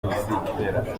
itera